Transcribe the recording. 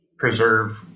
preserve